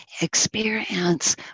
experience